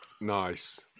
Nice